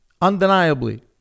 Undeniably